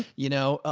you know, ah